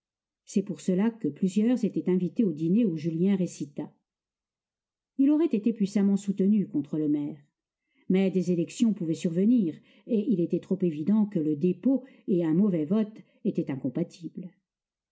c'est pour cela que plusieurs étaient invités au dîner où julien récita il aurait été puissamment soutenu contre le maire mais des élections pouvaient survenir et il était trop évident que le dépôt et un mauvais vote étaient incompatibles